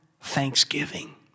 thanksgiving